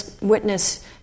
witness